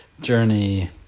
journey